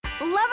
Love